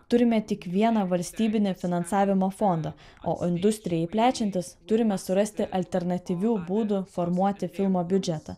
turime tik vieną valstybinį finansavimo fondą o industrijai plečiantis turime surasti alternatyvių būdų formuoti filmo biudžetą